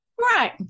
right